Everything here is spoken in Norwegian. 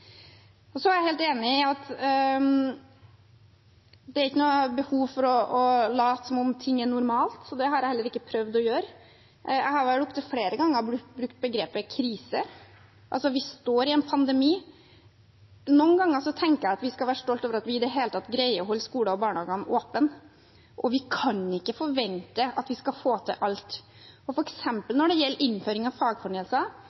Jeg er helt enig i at det ikke er noe behov for å late som om ting er normalt, så det har jeg heller ikke prøvd å gjøre. Jeg har vel opptil flere ganger brukt begrepet krise. Vi står i en pandemi. Noen ganger tenker jeg at vi skal være stolte over at vi i det hele tatt greier å holde skoler og barnehager åpne, og vi kan ikke forvente at vi skal få til alt.